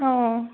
অঁ